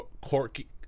Corky